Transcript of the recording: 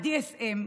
ה-DSM,